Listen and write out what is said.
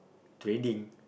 training